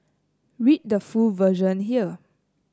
read the full version here